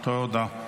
תודה.